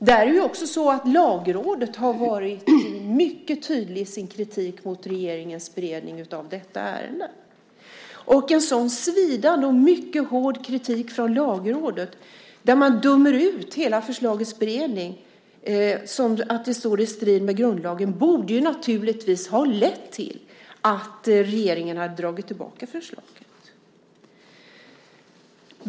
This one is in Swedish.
Där är det ju också så att Lagrådet har varit mycket tydligt i sin kritik mot regeringens beredning av detta ärende. En sådan svidande och mycket hård kritik från Lagrådet, där man dömer ut hela förslagets beredning som stående i strid med grundlagen, borde naturligtvis ha lett till att regeringen hade dragit tillbaka förslaget.